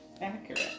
Accurate